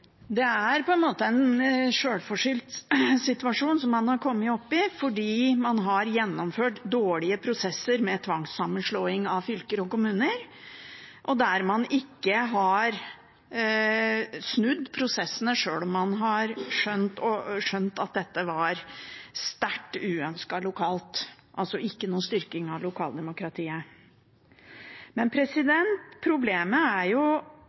fordi man har gjennomført dårlige prosesser for tvangssammenslåing av fylker og kommuner. Man har ikke snudd prosessene, sjøl om man har skjønt at dette var sterkt uønsket lokalt og altså ikke noen styrking av lokaldemokratiet. Men problemet for regjeringen – og for Arbeiderpartiet – er